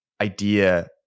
idea